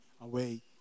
away